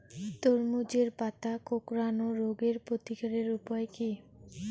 তরমুজের পাতা কোঁকড়ানো রোগের প্রতিকারের উপায় কী?